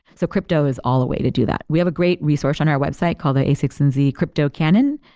so crypto is all the way to do that. we have a great resource on our website called the a one six and z crypto canon.